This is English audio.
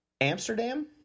Amsterdam